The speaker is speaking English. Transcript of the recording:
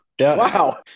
Wow